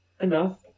Enough